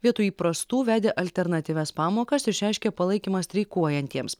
vietoj įprastų vedė alternatyvias pamokas išreiškė palaikymą streikuojantiems